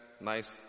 Nice